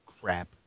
crap